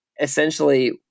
essentially